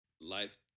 life